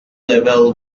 label